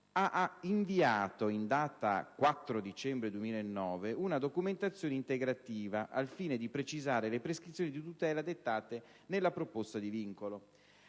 ha inviato, in data 4 dicembre 2009, una documentazione integrativa al fine di precisare le prescrizioni di tutela dettate nella proposta di vincolo.